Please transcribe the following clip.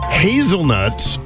hazelnuts